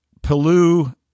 Pelu